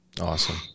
Awesome